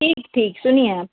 ठीक ठीक सुनिए आप